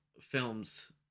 films